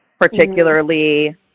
particularly